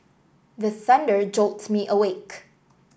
the thunder jolt me awake